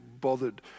bothered